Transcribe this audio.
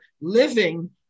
living